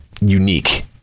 unique